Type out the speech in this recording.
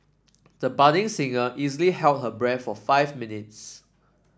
the budding singer easily held her breath for five minutes